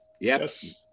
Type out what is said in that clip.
Yes